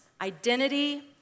identity